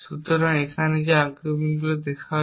সুতরাং এখানে যে আর্গুমেন্টগুলি দেওয়া হয়েছে